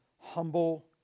Humble